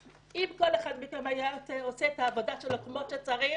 אם כל אחד מכם היה עושה את העבודה שלו כמו שצריך,